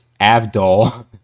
Avdol